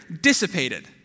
dissipated